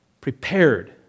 prepared